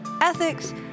ethics